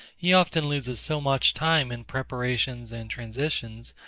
he often loses so much time in preparations and transitions,